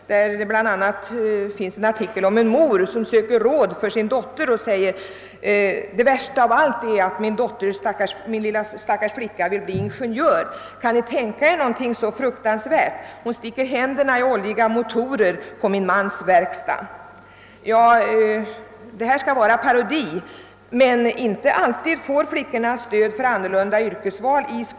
Där finns bl.a. en artikel om en mor som söker råd för sin dotter och säger: »Det värsta av allt är att min stackars flicka vill bli ingenjör. Kan ni tänka er någonting så fruktansvärt? Hon sticker händerna i oljiga motorer på min mans verkstad. Ni måste hjälpa mig.» Detta skall vara parodi, men flickorna får inte alltid stöd i skolans läroböcker för annorlunda yrkesval.